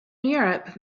europe